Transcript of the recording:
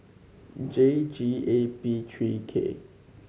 J G A P three K